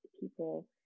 people